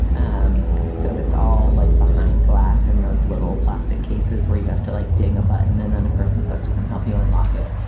um so that's all like behind glass and those little plastic cases where you have to, like, ding a button and then a person supposed to come help you unlock it.